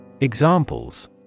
Examples